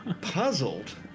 puzzled